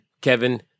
Kevin